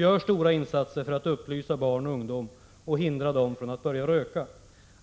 gör stora insatser för att upplysa barn och ungdom och hindra dem från att börja röka.